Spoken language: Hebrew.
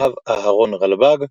הרב אהרון רלב"ג,